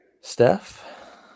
Steph